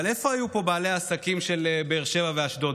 אבל איפה היו פה בעלי העסקים של באר שבע ואשדוד?